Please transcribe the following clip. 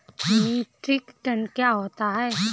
Metric ton क्या होता है?